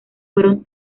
fueron